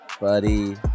buddy